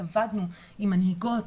עבדנו עם מנהיגות